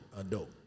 adult